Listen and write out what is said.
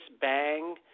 Bang